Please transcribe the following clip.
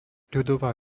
ľudová